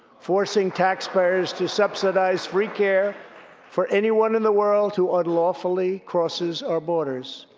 forcing taxpayers to subsidize free care for anyone in the world who unlawfully crosses our borders.